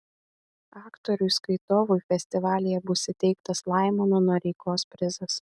aktoriui skaitovui festivalyje bus įteiktas laimono noreikos prizas